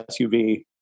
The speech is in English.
SUV